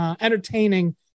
entertaining